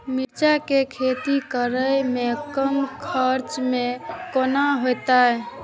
मिरचाय के खेती करे में कम खर्चा में केना होते?